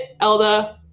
Elda